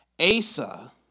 Asa